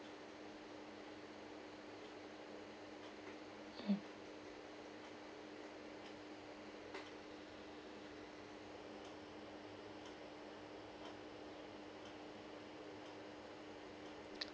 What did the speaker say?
hmm